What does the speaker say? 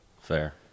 Fair